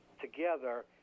together